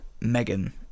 Megan